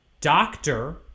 doctor